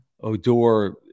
Odor